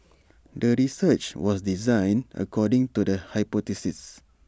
the research was designed according to the hypothesis